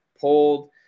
pulled